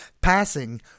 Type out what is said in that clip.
passing